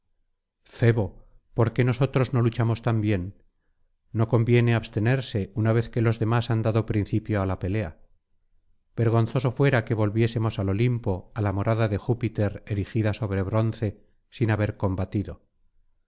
jfebo por qué nosotros no luchamos también no conviene abstenerse una vez que los demás han dado principio á la pelea vergonzoso fuera que volviésemos al olimpo á la morada de júpiter erigida sobre bronce sin haber combatido